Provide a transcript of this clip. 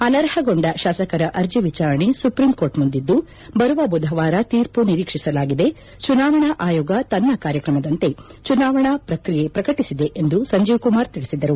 ಅನರ್ಹಗೊಂಡ ಶಾಸಕರ ಅರ್ಜೆ ವಿಚಾರಣೆ ಸುಪ್ರೀಂಕೋರ್ಟ್ ಮುಂದಿದ್ದು ಬರುವ ಬುಧವಾರ ತೀರ್ಮ ನಿರೀಕ್ಷಿಸಲಾಗಿದೆ ಚುನಾವಣಾ ಆಯೋಗ ತನ್ನ ಕಾರ್ಯಕ್ರಮದಂತೆ ಚುನಾವಣಾ ಪ್ರಕ್ರಿಯೆ ಪ್ರಕಟಿಸಿದೆ ಎಂದು ಸಂಜೀವ್ ಕುಮಾರ್ ಹೇಳಿದರು